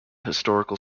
historical